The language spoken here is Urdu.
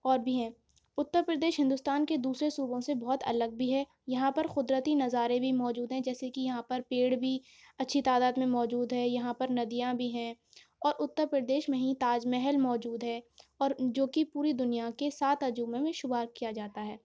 اور بھی ہیں اتر پردیش ہندوستان کے دوسرے صوبوں سے بہت الگ بھی ہے یہاں پر قدرتی نظارے بھی موجود ہیں جیسے کہ یہاں پر پیڑ بھی اچھی تعداد میں موجود ہیں یہاں پر ندیاں بھی ہیں اور اتر پردیش میں ہی تاج محل موجود ہے اور جوکہ پوری دنیا کے سات عجوبوں میں شمار کیا جاتا ہے